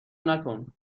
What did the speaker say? نکن